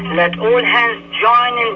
let all and hands join